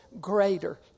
greater